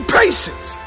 patience